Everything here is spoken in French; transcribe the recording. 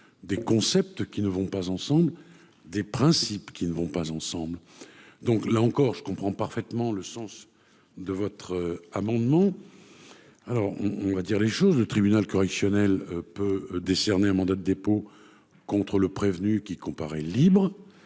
des concepts qui ne vont pas ensemble des principes qui ne vont pas ensemble, donc, là encore, je comprends parfaitement le sens de votre amendement alors on on va dire les choses, le tribunal correctionnel peut décerner un mandat de dépôt contre le prévenu qui comparaît libre